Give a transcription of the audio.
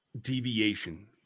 deviation